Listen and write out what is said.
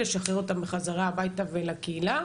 לשחרר אותם הביתה ולקהילה.